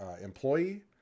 employee